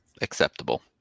Acceptable